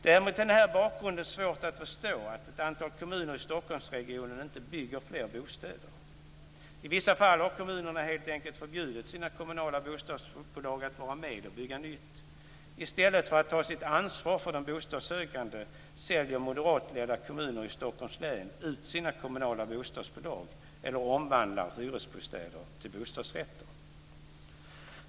Det är mot den här bakgrunden svårt att förstå att ett antal kommuner i Stockholmsregionen inte bygger fler bostäder. I vissa fall har kommunerna helt enkelt förbjudit sina kommunala bostadsbolag att vara med och bygga nytt. I stället för att ta sitt ansvar för de bostadssökande säljer moderatledda kommuner i Stockholms län ut sina kommunala bostadsbolag eller omvandlar hyresbostäder till bostadsrätter.